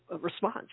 response